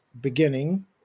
beginning